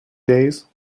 days